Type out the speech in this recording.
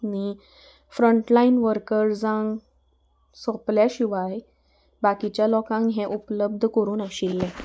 आनी फ्रंटलायन वर्कर्जांक सोंपल्या शिवाय बाकिच्या लोकांक हें उपलब्द करूं नाशिल्लें